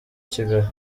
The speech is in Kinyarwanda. kigali